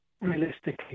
realistically